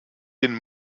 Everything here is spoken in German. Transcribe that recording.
den